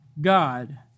God